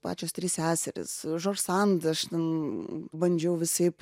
pačios trys seserys žorsand aš ten bandžiau visaip